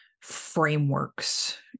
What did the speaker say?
frameworks